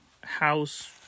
house